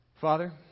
Father